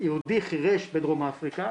יהודי חירש בדרום אפריקה,